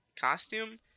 costume